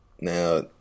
now